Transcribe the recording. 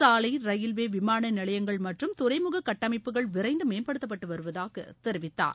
சாலை ரயில்வே விமான நிலையங்கள் மற்றும் துறைமுக கட்டமைப்புகள் விரைந்து மேம்படுத்தப்பட்டு வருவதாக தெரிவித்தார்